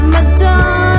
Madonna